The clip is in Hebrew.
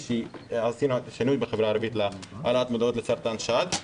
שעשתה את השינוי בחברה הערבית להעלאת מודעות לסרטן השד.